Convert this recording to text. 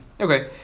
Okay